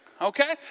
okay